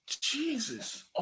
Jesus